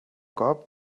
cop